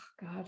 God